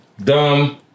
Dumb